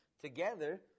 together